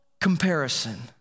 comparison